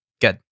Good